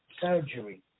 surgery